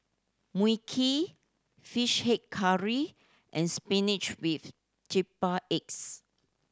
Mui Kee Fish Head Curry and spinach with triple eggs